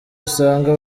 usanga